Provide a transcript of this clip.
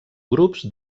grups